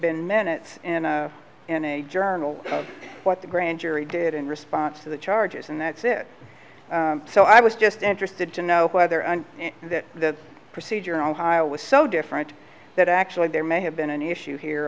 been minutes in a in a journal of what the grand jury did in response to the charges and that's it so i was just interested to know whether and that the procedure in ohio was so different that actually there may have been an issue here